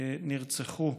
נרצחו,